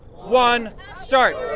one start